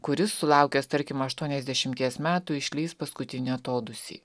kuris sulaukęs tarkim aštuoniasdešimties metų išleis paskutinį atodūsį